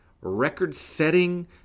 record-setting